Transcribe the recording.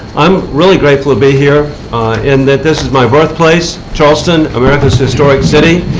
i am really grateful to be here in that this is my birthplace charleston, america's historic city.